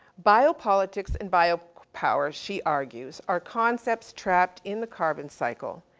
biopolitics and biopower, she argues, are concepts trapped in the carbon cycle,